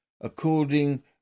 according